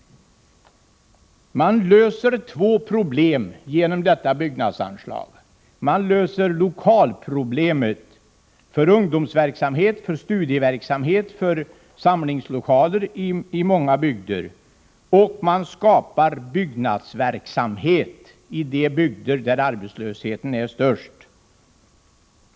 Med detta byggnadsanslag skulle man lösa två problem: dels löser man problemet med lokaler för ungdomsverksamhet och studieverksamhet och samlingslokaler i många bygder, dels skapar man byggnadsverksamhet i de bygder där arbetslösheten är störst.